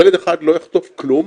ילד אחד לא יחטוף כלום,